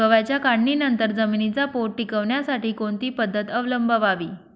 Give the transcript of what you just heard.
गव्हाच्या काढणीनंतर जमिनीचा पोत टिकवण्यासाठी कोणती पद्धत अवलंबवावी?